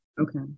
Okay